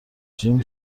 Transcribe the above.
جیم